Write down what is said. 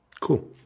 Cool